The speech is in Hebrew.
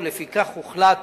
ולפיכך הוחלט